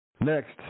Next